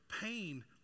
Pain